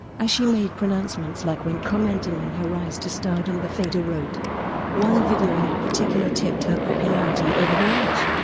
as she made pronouncements like when commenting on her rise to stardom the fader wrote one video in particular tipped her popularity over the edge.